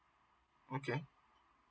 okay